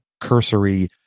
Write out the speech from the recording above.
cursory